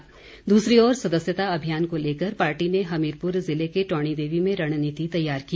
धुमल दूसरी ओर सदस्यता अभियान को लेकर पार्टी ने हमीरपुर जिले के टौणी देवी में रणनीति तैयार की